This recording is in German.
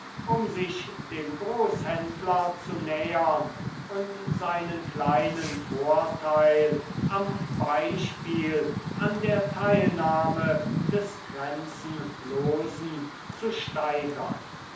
um sich dem großhändler zu nähern und seinen kleinen vorteil am beispiel an der teilnahme des grenzenlosen zu steigern